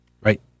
right